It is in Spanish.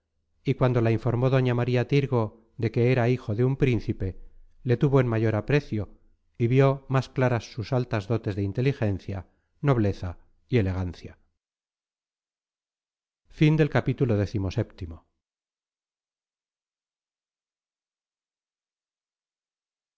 y cuando la informó doña maría tirgo de que era hijo de un príncipe le tuvo en mayor aprecio y vio más claras sus altas dotes de inteligencia nobleza y elegancia